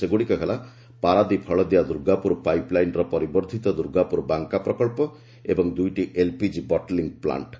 ସେଗୁଡ଼ିକ ହେଲା ପାରାଦ୍ୱୀପ ହଳଦିଆ ଦୁର୍ଗାପୁର ପାଇପ୍ ଲାଇନ୍ର ପରିବର୍ଦ୍ଧିତ ଦୁର୍ଗାପୁର ବାଙ୍କା ପ୍ରକଳ୍ପ ଏବଂ ଦୁଇଟି ଏଲ୍ପିଜି ବଟଲିଂ ପ୍ଲାଣ୍ଟ୍